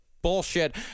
bullshit